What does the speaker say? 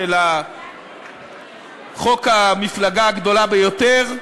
של חוק המפלגה הגדולה ביותר,